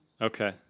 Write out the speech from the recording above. Okay